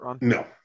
no